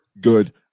good